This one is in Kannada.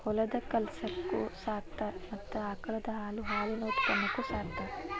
ಹೊಲದ ಕೆಲಸಕ್ಕು ಸಾಕತಾರ ಮತ್ತ ಆಕಳದ ಹಾಲು ಹಾಲಿನ ಉತ್ಪನ್ನಕ್ಕು ಸಾಕತಾರ